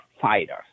fighter